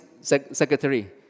secretary